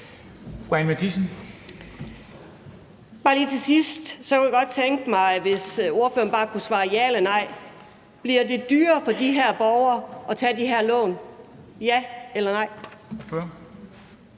Bare lige til sidst kunne jeg godt tænke mig, at ordføreren ville svare ja eller nej, om det bliver dyrere for de her borgere at tage de her lån – ja eller nej?